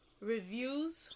reviews